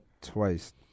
twice